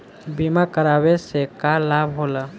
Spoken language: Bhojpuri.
बीमा करावे से का लाभ होला?